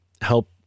help